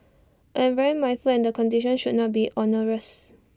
I am very mindful that the conditions should not be onerous